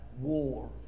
war